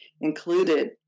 included